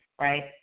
Right